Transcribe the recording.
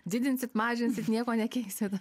didinsit mažinsit nieko nekeist